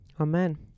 Amen